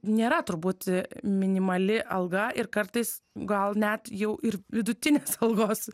nėra turbūt minimali alga ir kartais gal net jau ir vidutinės algos